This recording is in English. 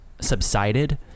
subsided